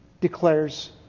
declares